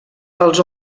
els